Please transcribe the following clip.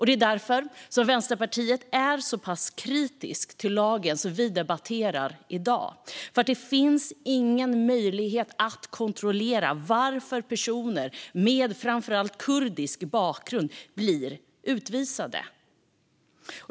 Det är därför Vänsterpartiet är så pass kritiskt till den lag vi debatterar i dag: Det finns ingen möjlighet att kontrollera varför personer med framför allt kurdisk bakgrund blir utvisade.